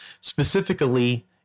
specifically